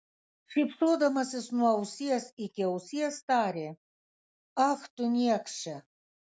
šypsodamasis nuo ausies iki ausies tarė ach tu niekše